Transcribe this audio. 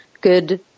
good